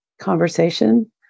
conversation